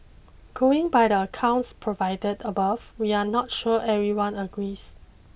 going by the accounts provided above we are not sure everyone agrees